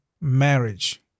marriage